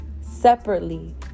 separately